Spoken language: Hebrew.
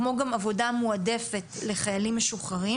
כמו גם עבודה מועדפת לחיילים משוחררים,